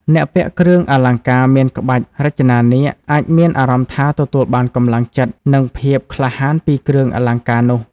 អ្នកពាក់គ្រឿងអលង្ការមានក្បាច់រចនានាគ អាចមានអារម្មណ៍ថាទទួលបានកម្លាំងចិត្ត និងភាពក្លាហានពីគ្រឿងអលង្ការនោះ។